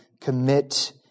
commit